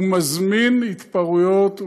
הוא מזמין התפרעויות,